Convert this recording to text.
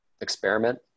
experiment